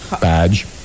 badge